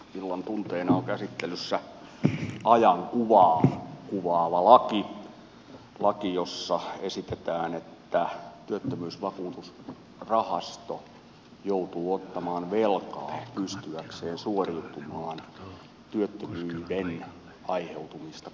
illan tunteina on käsittelyssä ajan kuvaa kuvaava laki jossa esitetään että työttömyysvakuutusrahasto joutuu ottamaan velkaa pystyäkseen suoriutumaan työttömyydestä aiheutuvista kustannuksista